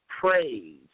praise